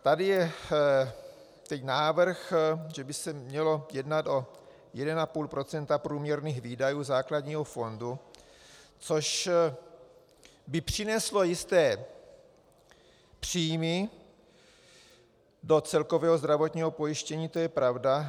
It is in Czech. Tady je teď návrh, že by se mělo jednat o 1,5 % průměrných výdajů základního fondu, což by přineslo jisté příjmy do celkového zdravotního pojištění, to je pravda.